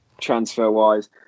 transfer-wise